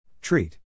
Treat